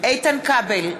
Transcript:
איתן כבל,